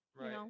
Right